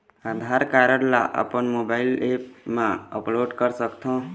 आधार card ला अपन mobile app मा अपलोड कर सकथों?